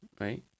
right